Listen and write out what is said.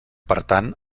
pertany